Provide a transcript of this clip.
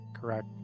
Correct